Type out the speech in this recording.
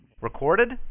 Recorded